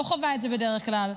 לא חווה את זה בדרך כלל,